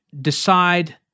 decide